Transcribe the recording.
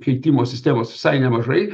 keitimo sistemos visai nemažai